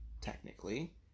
technically